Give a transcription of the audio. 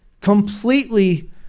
completely